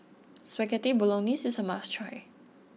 Spaghetti Bolognese is a must try